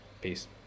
Peace